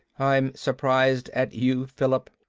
i'm surprised at you, philip.